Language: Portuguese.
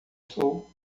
sou